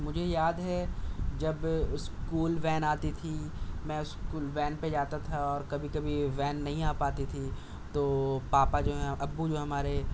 مجھے یاد ہے جب اسکول وین آتی تھی میں اسکول وین پہ جاتا تھا اور کبھی کبھی وین نہیں آ پاتی تھی تو پاپا جو ہیں ابو جو ہیں ہمارے